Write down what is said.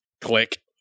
click